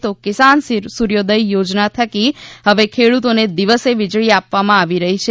તો કિસાન સૂર્યોદય યોજના થકી હવે ખેડૂતોને દિવસે વીજળી આપવામાં આવી રહી છે